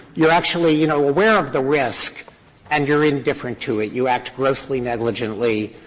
you are actually, you know, aware of the risk and you are indifferent to it you act grossly negligently.